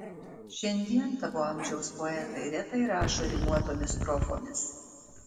šiandien tavo amžiaus poetai retai rašo rimuotomis strofomis